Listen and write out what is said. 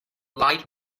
lied